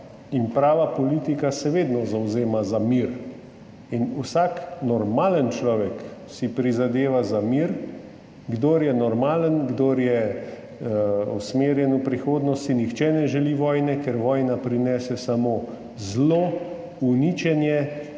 in prava politika se vedno zavzemata za mir in vsak normalen človek si prizadeva za mir. Kdor je normalen, kdor je usmerjen v prihodnost, si ne želi vojne, ker vojna prinese samo zlo, uničenje